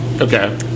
Okay